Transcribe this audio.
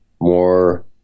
more